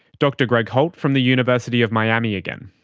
dr greg holt from the university of miami again.